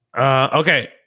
Okay